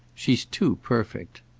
she's too perfect!